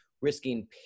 risking